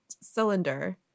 cylinder